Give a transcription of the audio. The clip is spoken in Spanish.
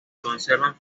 conservan